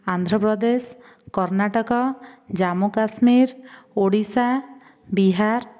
Andhra Pradesh Karnataka Jammu Kashmir Odisha Bihar